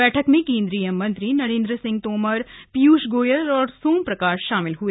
बैठक में केन्द्रीय मंत्री नरेन्द्र सिंह तोमर पीयूष गोयल और सोम प्रकाश शामिल हुए